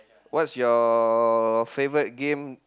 what's your favourite game